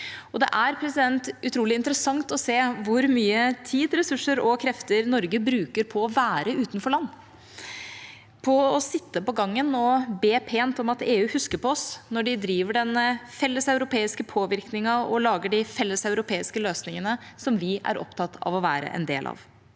det er utrolig interessant å se hvor mye tid, ressurser og krefter Norge bruker på å være et utenforland, på å sitte på gangen og be pent om at EU husker på oss når de driver den felleseuropeiske påvirkningen, og når de lager de felleseuropeiske løsningene som vi er opptatt av å være en del av.